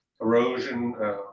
erosion